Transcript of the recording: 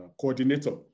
coordinator